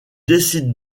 décide